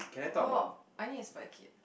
oh I need a Spy Kid